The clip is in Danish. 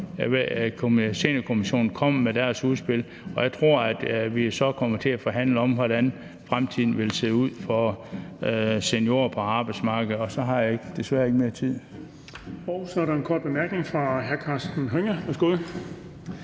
Pensionskommissionen kommer med deres udspil, og jeg tror, at vi så kommer til at forhandle om, hvordan fremtiden vil se ud for seniorer på arbejdsmarkedet. Og så har jeg desværre ikke mere tid.